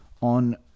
on